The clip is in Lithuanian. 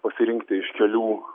pasirinkti iš kelių